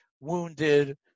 wounded